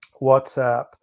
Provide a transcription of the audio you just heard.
WhatsApp